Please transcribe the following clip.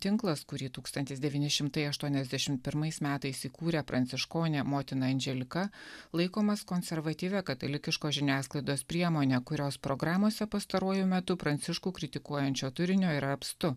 tinklas kurį tūkstantis devyni šimtai aštuoniasdešim pirmais metais įkūrė pranciškonė motina andželika laikomas konservatyvia katalikiškos žiniasklaidos priemone kurios programose pastaruoju metu pranciškų kritikuojančio turinio yra apstu